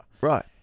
Right